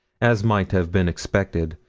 as might have been expected,